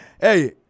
Hey